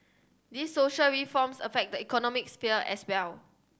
these social reforms affect the economic sphere as well